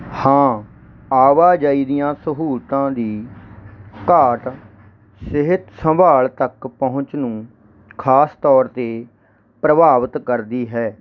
ਹਾਂ ਆਵਾਜਾਈ ਦੀਆਂ ਸਹੂਲਤਾਂ ਦੀ ਘਾਟ ਸਿਹਤ ਸੰਭਾਲ ਤੱਕ ਪਹੁੰਚ ਨੂੰ ਖ਼ਾਸ ਤੌਰ 'ਤੇ ਪ੍ਰਭਾਵਿਤ ਕਰਦੀ ਹੈ